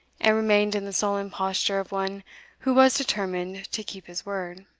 and remained in the sullen posture of one who was determined to keep his word.